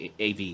AV